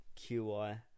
QI